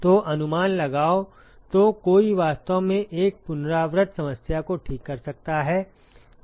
तो अनुमान लगाओ तो कोई वास्तव में एक पुनरावृत्त समस्या को ठीक कर सकता है